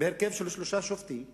בהרכב של שלושה שופטים יושב,